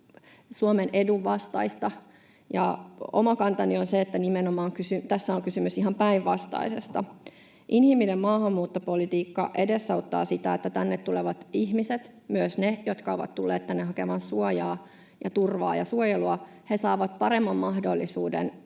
Suomen edun vastaista. Oma kantani on se, että nimenomaan tässä on kysymys ihan päinvastaisesta: inhimillinen maahanmuuttopolitiikka edesauttaa sitä, että tänne tulevat ihmiset, myös ne, jotka ovat tulleet tänne hakemaan suojaa ja turvaa ja suojelua, saavat paremman mahdollisuuden